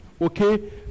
okay